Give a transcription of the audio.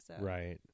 right